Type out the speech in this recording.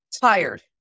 tired